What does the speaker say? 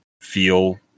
feel